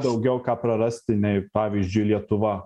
daugiau ką prarasti nei pavyzdžiui lietuva